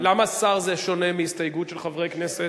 למה הסתייגות שר שונה מהסתייגות של חברי כנסת?